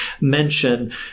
mention